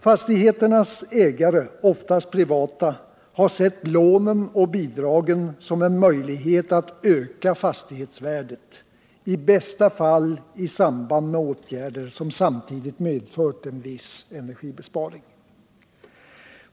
Fastigheternas ägare, oftast privata, har sett lånen och bidragen som en möjlighet att öka fastighetsvärdet, i bästa fall i samband med åtgärder som samtidigt medfört viss energibesparing.